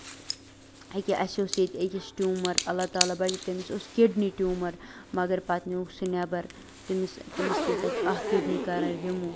یہِ کیٛاہ چھِ اَسہِ اوس ییٚتہِ أکِس ٹوٗمَر اللہ تالا بَچٲوِنۍ تٔمِس اوس کِڈنی ٹوٗمر مَگر پَتہٕ نیٛوٗکھ سُہ نیٚبر تٔمِس تٔمِس پیٚیہِ تَتہِ اکھ کِڈنی کَرٕنۍ رِموٗ